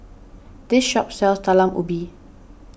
this shop sells Talam Ubi